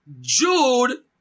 Jude